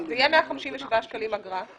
זה יהיה אגרה של 157 שקלים.